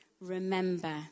remember